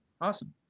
Awesome